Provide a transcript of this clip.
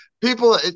people